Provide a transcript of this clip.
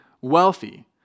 wealthy